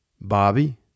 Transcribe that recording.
Bobby